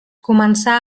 començà